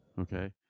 Okay